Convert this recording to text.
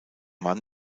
mann